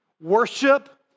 Worship